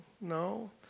no